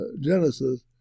Genesis